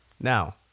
Now